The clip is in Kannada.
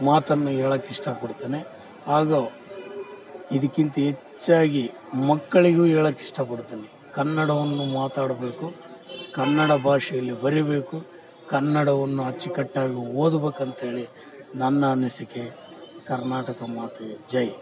ಮಾತನ್ನು ಹೇಳಕ್ಕೆ ಇಷ್ಟಪಡ್ತೇನೆ ಹಾಗು ಇದಿಕ್ಕಿಂತ ಹೆಚ್ಚಾಗಿ ಮಕ್ಕಳಿಗೂ ಹೇಳಕ್ಕೆ ಇಷ್ಟ ಪಡ್ತೇನಿ ಕನ್ನಡವನ್ನು ಮಾತಾಡಬೇಕು ಕನ್ನಡ ಭಾಷೆಯಲ್ಲಿ ಬರಿಬೇಕು ಕನ್ನಡವನ್ನು ಅಚ್ಚುಕಟ್ಟಾಗಿ ಓದ್ಬೊಕಂತ್ಹೇಳಿ ನನ್ನ ಅನಿಸಿಕೆ ಕರ್ನಾಟಕ ಮಾತೆ ಜೈ